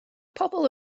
pobol